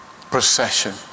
procession